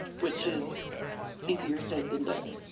which is easier said than done.